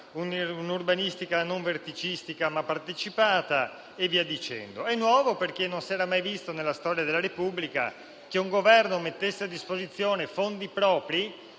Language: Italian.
ma rigenerativa, non verticistica, ma partecipata e via dicendo. È nuovo, inoltre, perché non si era mai visto nella storia della Repubblica che un Governo mettesse a disposizione direttamente